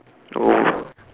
oh